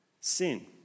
sin